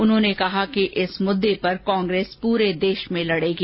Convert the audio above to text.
उन्होंने कहा कि इस मुद्दे पर कांग्रेस पूरे देश में लड़ेगी